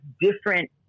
different